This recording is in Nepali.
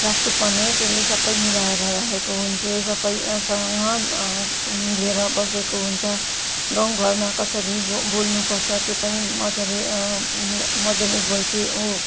राख्नुपर्ने त्यसले सबै मिलाएर राखेको हुन्छे सबैसँग मिलेर बसेको हुन्छ गाउँ घरमा कसरी बोल्नुपर्छ त्यो पनि मजाले बोल्छे ऊ